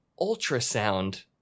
ultrasound